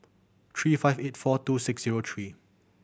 three five eight four two six zero three